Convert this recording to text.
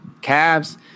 Cavs